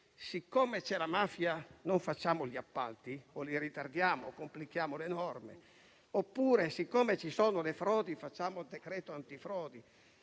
siccome c'è la mafia, non facciamo gli appalti, o li ritardiamo o complichiamo alle norme; oppure, siccome ci sono le frodi, facciamo il decreto antifrodi,